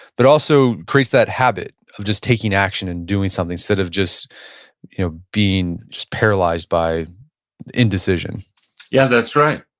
but also creates that habit of just taking action and doing something instead of just you know being just paralyzed by indecision yeah, that's right.